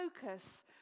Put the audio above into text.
focus